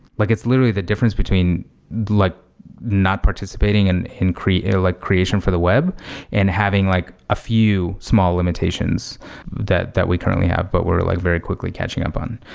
like it's literally the difference between like not participating and in like creation for the web and having like a few small limitations that that we currently have, but we're like very quickly catching up on.